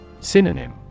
Synonym